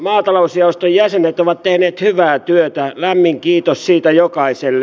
maatalousjaoston jäsenet ovat tehneet hyvää työtä lämmin kiitos siitä jokaiselle